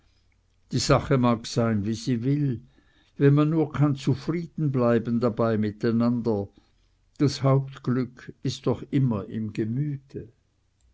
die sache mag sein wie sie will wenn man nur kann zufrieden bleiben dabei mit einander das hauptglück ist doch immer im gemüte